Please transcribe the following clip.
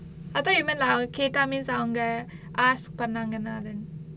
I thought you meant like அவ கேட்டா:ava kettaa means அவங்க:avanga ask பண்ணாங்கனா:pannaanganaa then